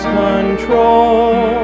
control